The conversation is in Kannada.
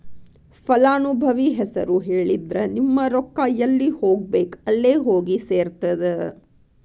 ಫಲಾನುಭವಿ ಹೆಸರು ಹೇಳಿದ್ರ ನಿಮ್ಮ ರೊಕ್ಕಾ ಎಲ್ಲಿ ಹೋಗಬೇಕ್ ಅಲ್ಲೆ ಹೋಗಿ ಸೆರ್ತದ